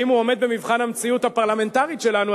אם הוא עומד במבחן המציאות הפרלמנטרית שלנו,